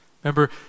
Remember